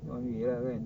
lah kan